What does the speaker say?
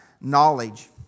knowledge